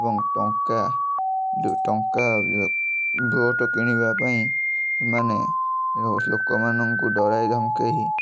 ଏବଂ ଟଙ୍କା ଯେଉଁ ଟଙ୍କା ଭୋଟ କିଣିବା ପାଇଁ ସେମାନେ ଲୋକମାନଙ୍କୁ ଡରାଇ ଧମକାଇ